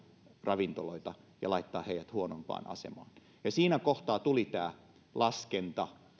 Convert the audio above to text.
ravintoloita ja laittaa heidät huonompaan asemaan siinä kohtaa tuli tämä laskentamalli